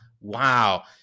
Wow